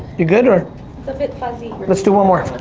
you're good, or? it's a bit fuzzy. let's do one more.